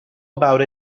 about